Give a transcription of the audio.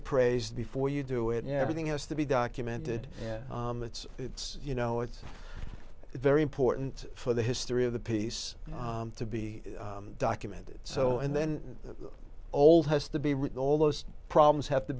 appraisal before you do it everything has to be documented and it's it's you know it's very important for the history of the piece to be documented so and then old has to be written all those problems have to